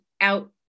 out